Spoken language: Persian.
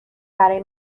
برای